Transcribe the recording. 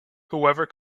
whoever